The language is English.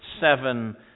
seven